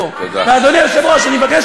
אדאג שילוו אותך בשירה החוצה.